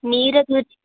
ನೀರು ಅದು ರೀ